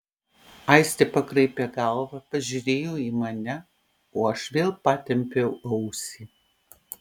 aistė pakraipė galvą pažiūrėjo į mane o aš vėl patempiau ausį